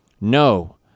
No